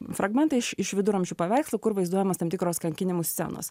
fragmentai iš iš viduramžių paveikslų kur vaizduojamos tam tikros kankinimų scenos